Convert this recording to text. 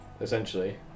essentially